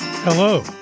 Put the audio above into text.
Hello